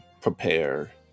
prepare